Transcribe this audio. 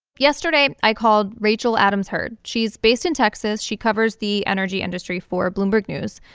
yesterday i called rachel adams-heard. she's based in texas. she covers the energy industry for bloomberg news,